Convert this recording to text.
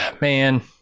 man